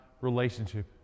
relationship